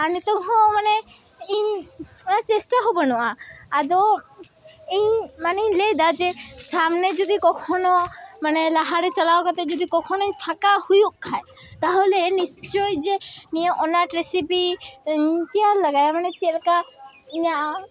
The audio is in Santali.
ᱟᱨ ᱱᱤᱛᱚᱝᱦᱚᱸ ᱢᱟᱱᱮ ᱤᱧ ᱪᱮᱥᱴᱟᱦᱚᱸ ᱵᱟᱹᱱᱩᱜᱼᱟ ᱟᱫᱚ ᱤᱧ ᱢᱟᱱᱮᱧ ᱞᱟᱹᱭᱫᱟ ᱡᱮ ᱥᱟᱢᱱᱮ ᱡᱩᱫᱤ ᱠᱚᱠᱷᱚᱱᱳ ᱢᱟᱱᱮ ᱞᱟᱦᱟᱨᱮ ᱪᱟᱞᱟᱣ ᱠᱟᱛᱮᱫ ᱡᱩᱫᱤ ᱠᱚᱠᱷᱚᱱᱳ ᱯᱷᱟᱠᱟ ᱦᱩᱭᱩᱜ ᱠᱷᱟᱱ ᱛᱟᱦᱚᱞᱮ ᱱᱤᱥᱪᱚᱭ ᱡᱮ ᱱᱤᱭᱟᱹ ᱚᱱᱟᱴ ᱨᱮᱥᱤᱯᱤ ᱤᱧ ᱛᱮᱭᱟᱨ ᱞᱮᱜᱟᱭᱟ ᱢᱟᱱᱮ ᱪᱮᱫ ᱞᱮᱠᱟ ᱤᱧᱟᱹᱜ